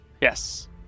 Yes